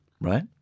Right